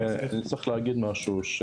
צריך להגיד משהו,